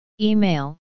Email